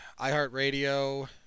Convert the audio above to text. iHeartRadio